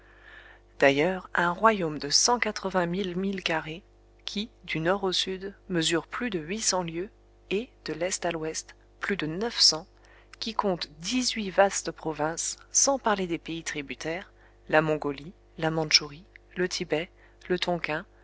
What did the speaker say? d'ailleurs un royaume de cent quatre-vingt mille milles carrés qui du nord au sud mesure plus de huit cents lieues et de l'est à l'ouest plus de neuf cents qui compte dix-huit vastes provinces sans parler des pays tributaires la mongolie la mantchourie le tibet le